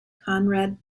conrad